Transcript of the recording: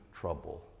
trouble